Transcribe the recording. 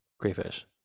crayfish